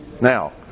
Now